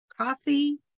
coffee